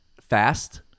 Fast